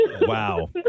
wow